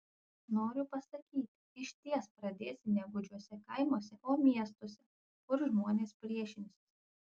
noriu pasakyti išties pradėsi ne gūdžiuose kaimuose o miestuose kur žmonės priešinsis